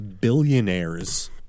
billionaires